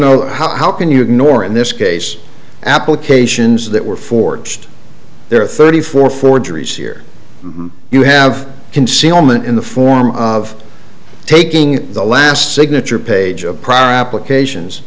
know how can you ignore in this case applications that were forged there are thirty four forgeries here you have concealment in the form of taking the last signature page of prior applications